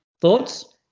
Thoughts